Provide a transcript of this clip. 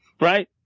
right